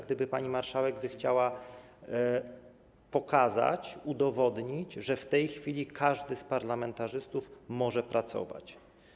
Gdyby pani marszałek zechciała pokazać, udowodnić, że w tej chwili każdy z parlamentarzystów może pracować.